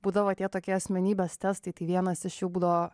būdavo tie tokie asmenybės testai tai vienas iš jų būdavo